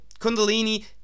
kundalini